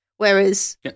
Whereas